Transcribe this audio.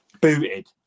Booted